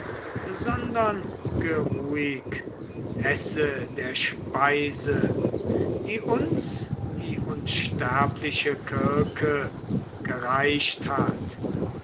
sondern geruhig esse der speise die uns die unsterbliche kirke gereicht hat